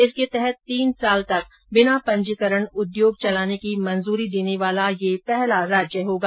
इसके तहत तीन वर्ष तक बिना पंजीकरण उद्योग चलाने की मंजूरी देने वाला यह पहला राज्य होगा